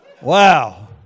Wow